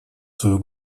свою